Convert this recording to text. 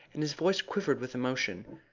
and his voice quivered with emotion.